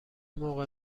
موقع